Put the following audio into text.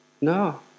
No